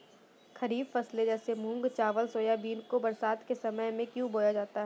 खरीफ फसले जैसे मूंग चावल सोयाबीन को बरसात के समय में क्यो बोया जाता है?